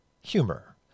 humor